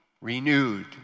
renewed